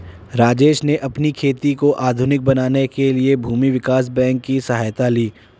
राजेश ने अपनी खेती को आधुनिक बनाने के लिए भूमि विकास बैंक की सहायता ली